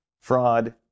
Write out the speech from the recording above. fraud